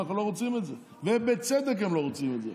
אנחנו לא רוצים את זה, ובצדק הם לא רוצים את זה,